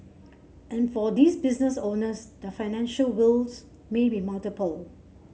and for these business owners their financial woes may be multiple